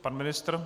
Pan ministr?